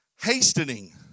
Hastening